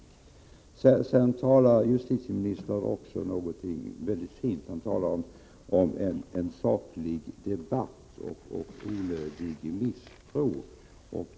Vidare talar justitieministern om något mycket fint, nämligen om en saklig debatt, och även om onödig misstro.